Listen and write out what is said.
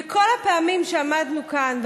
וכל הפעמים שעמדנו כאן,